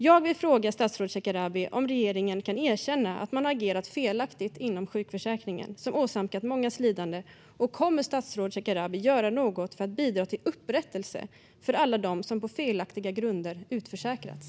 Jag vill fråga statsrådet Shekarabi om regeringen kan erkänna att man har agerat felaktigt i fråga om sjukförsäkringen, vilket har åsamkat många lidande. Kommer statsrådet Shekarabi att göra något för att bidra till upprättelse för alla dem som på felaktiga grunder har utförsäkrats?